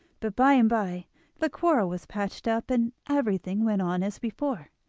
but by-and-by the quarrel was patched up, and everything went on as before.